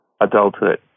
adulthood